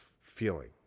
feeling